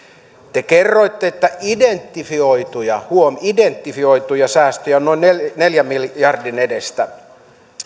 te kerroitte että identifioituja huom identifioituja säästöjä on noin neljän miljardin edestä